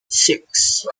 six